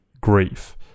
grief